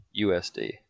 USD